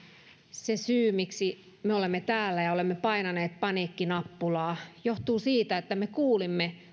se syy miksi me olemme täällä ja olemme painaneet paniikkinappulaa johtuu siitä että me kuulimme